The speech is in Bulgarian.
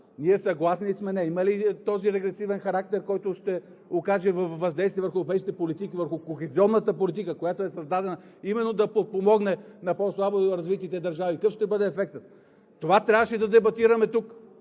Ние съгласни ли сме? Не. Има ли този регресивен характер, който ще окаже въздействие върху европейските политики върху кохезионната политика, която е създадена именно да подпомогне на по-слабо развитите държави, какъв ще бъде ефектът? Това трябваше да дебатираме тук!